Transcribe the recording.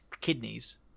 kidneys